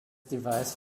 device